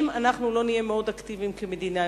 אם אנחנו לא נהיה מאוד אקטיביים כמדינה,